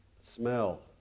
Smell